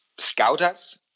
scouters